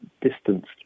distanced